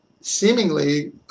seemingly